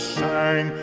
sang